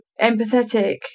empathetic